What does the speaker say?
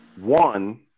One